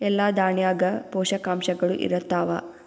ಎಲ್ಲಾ ದಾಣ್ಯಾಗ ಪೋಷಕಾಂಶಗಳು ಇರತ್ತಾವ?